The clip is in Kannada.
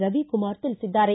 ರವಿಕುಮಾರ್ ತಿಳಿಸಿದ್ದಾರೆ